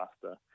faster